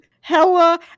hella